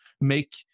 make